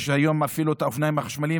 יש היום אפילו אופניים חשמליים